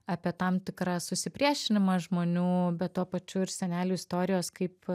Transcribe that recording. apie tam tikrą susipriešinimą žmonių bet tuo pačiu ir senelių istorijos kaip